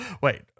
wait